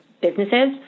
businesses